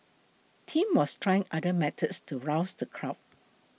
tim was trying other methods to rouse the crowd